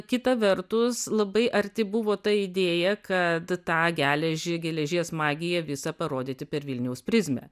kita vertus labai arti buvo ta idėja kad tą geležį geležies magiją visą parodyti per vilniaus prizmę